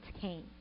came